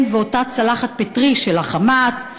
הם ואותה צלחת פטרי של ה"חמאס",